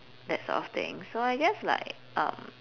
that sort of things so I guess like um